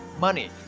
money